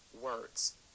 words